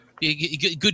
good